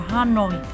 Hanoi